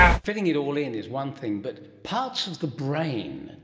fitting it all in is one thing, but parts of the brain,